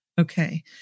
okay